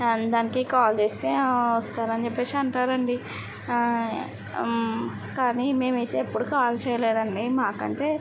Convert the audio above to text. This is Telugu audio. దానికి కాల్ చేస్తే ఆ వస్తారని చెప్పేసి అంటారండి కానీ మేమైతే ఎప్పుడూ కాల్ చేయలేదండి మాకంటే